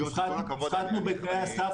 הפחתנו בתנאי הסף